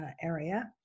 area